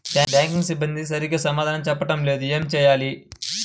Bank సిబ్బంది సరిగ్గా సమాధానం చెప్పటం లేదు ఏం చెయ్యాలి?